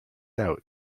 out